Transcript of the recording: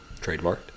Trademarked